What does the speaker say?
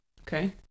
Okay